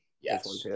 Yes